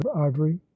ivory